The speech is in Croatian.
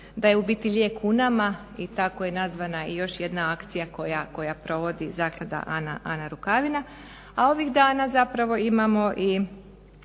da je u biti lijek u nama i tako je nazvana i još jedna akcija koja provodi Zaklada Ana Rukavina. A ovih dana zapravo imamo i